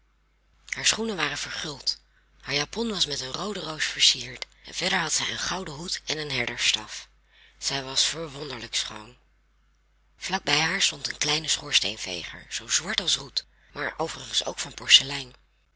haar schoenen waren verguld haar japon was met een roode roos versierd en verder had zij een gouden hoed en een herderstaf zij was verwonderlijk schoon vlak bij haar stond een kleine schoorsteenveger zoo zwart als roet maar overigens ook van porselein